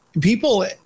people